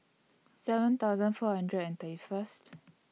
seven thousand four hundred and thirty First